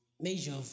major